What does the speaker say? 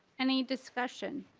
any discussion.